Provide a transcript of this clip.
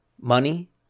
Money